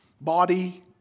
body